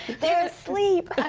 they're asleep.